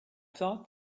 thought